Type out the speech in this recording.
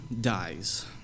dies